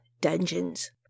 dungeons